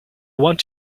want